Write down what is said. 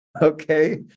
Okay